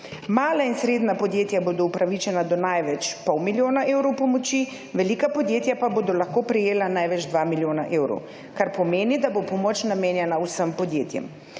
Mala in srednja podjetja bodo upravičena do največje pol milijona evrov pomoči velika podjetja pa bodo lahko prejela največ dva milijona evrov, kar pomeni, da bo pomoč namenjena vsem podjetjem.